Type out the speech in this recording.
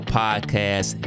podcast